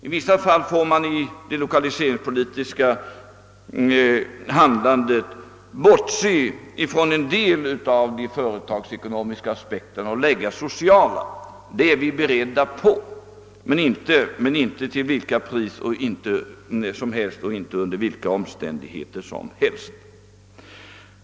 I vissa fall får man i det lokaliseringspolitiska handlandet bortse ifrån en del av de företagsekonomiska aspekterna och i stället anlägga sociala synpunkter. Vi är beredda på att göra detta, dock inte till vilket pris och under vilka omständigheter som helst.